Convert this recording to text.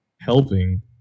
helping